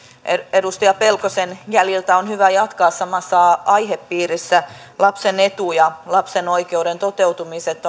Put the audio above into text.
edustaja pelkosen jäljiltä on hyvä jatkaa samassa aihepiirissä lapsen etu ja lapsen oikeuden toteutumiset